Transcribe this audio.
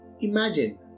Imagine